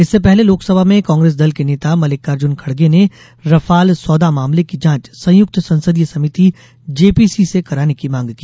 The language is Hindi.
इससे पहले लोकसभा में कांप्रेस दल के नेता मल्लिकार्जुन खड़गे ने रफाल सौदा मामले की जांच संयुक्त संसदीय समिति जेपीसी से कराने की मांग की